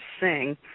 sing